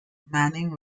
manning